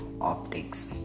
optics